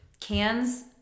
cans